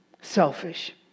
selfish